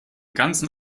ganzen